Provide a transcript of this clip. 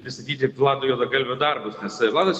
pristatyti vlado juodagalvio darbus nes vladas